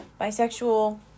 bisexual